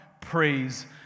praise